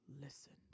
listened